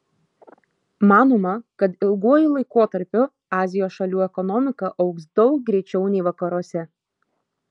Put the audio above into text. manoma kad ilguoju laikotarpiu azijos šalių ekonomika augs daug greičiau nei vakaruose